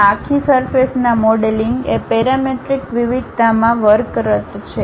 આ આખી સરફેસના મોડેલિંગ એ પેરામેટ્રિક વિવિધતામાં વર્કરત છે